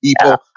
people